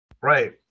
right